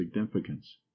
significance